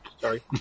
sorry